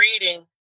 reading